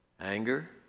anger